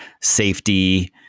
safety